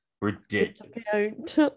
Ridiculous